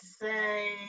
say